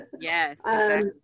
Yes